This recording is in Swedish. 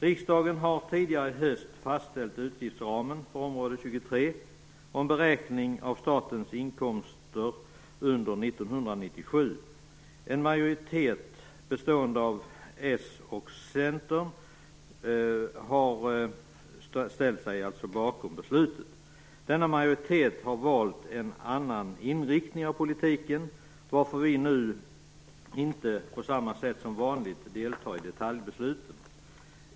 Riksdagen har tidigare i höst fastställt utgiftsramen för område 23 med beräkning av statens inkomster under 1997. En majoritet bestående av Socialdemokraterna och Centern har ställt sig bakom den. Denna majoritet har valt en annan inriktning av politiken, varför vi nu inte på samma sätt som vanligt deltar i detaljbesluten.